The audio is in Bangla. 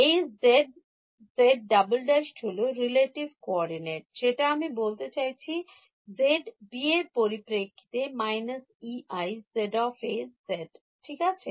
এই z z′′ হল relative coordinate যেটা আমি বলতে চাইছি z B এর পরিপ্রেক্ষিতে − EizA ঠিক আছে